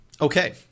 Okay